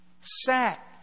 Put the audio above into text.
sat